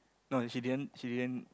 no she didn't she didn't